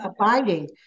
Abiding